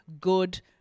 good